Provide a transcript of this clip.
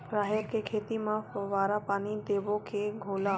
राहेर के खेती म फवारा पानी देबो के घोला?